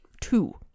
Two